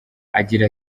agira